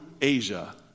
Asia